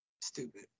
Stupid